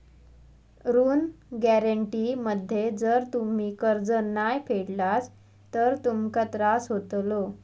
ऋण गॅरेंटी मध्ये जर तुम्ही कर्ज नाय फेडलास तर तुमका त्रास होतलो